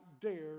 dare